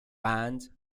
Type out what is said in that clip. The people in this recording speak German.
band